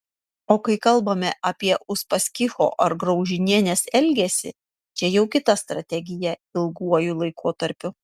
o kai kalbame apie uspaskicho ar graužinienės elgesį čia jau kita strategija ilguoju laikotarpiu